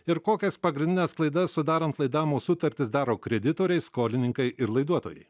ir kokias pagrindines klaidas sudarant laidavimo sutartis daro kreditoriai skolininkai ir laiduotojai